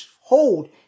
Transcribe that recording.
hold